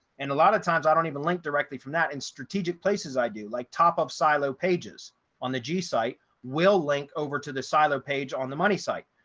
and a lot of times i don't even link directly from that in strategic places i do like top up silo pages on the g site will link over to the silo page on the money site.